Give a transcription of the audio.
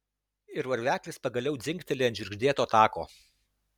ir varveklis pagaliau dzingteli ant žvirgždėto tako